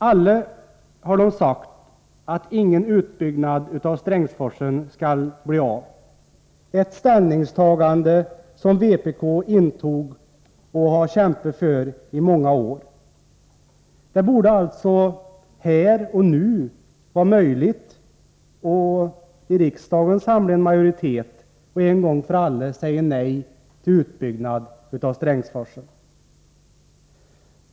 Alla har de sagt att ingen utbyggnad av Strängsforsen skall bli av — ett ställningstagande som vpk har intagit och kämpat för i många år. Det borde alltså här och nu vara möjligt att i riksdagen samla en majoritet och en gång för alla säga nej till utbyggnad av Strängsforsen.